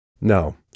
No